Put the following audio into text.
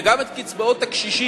וגם את קצבאות הקשישים,